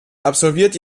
absolvierte